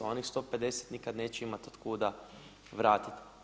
Onih 150 nikad neće imat od kuda vratiti.